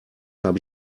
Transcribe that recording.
habe